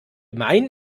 meinen